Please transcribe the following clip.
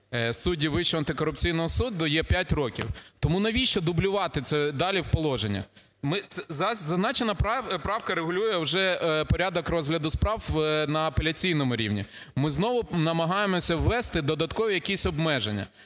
судді Вищого антикорупційного суду, є 5 років. Тому навіщо дублювати це далі в положеннях? Зазначена правка регулює вже порядок розгляду справ на апеляційному рівні. Ми знову намагаємося ввести додаткові якісь обмеження.